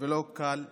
וזה לא קל בכלל.